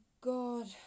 God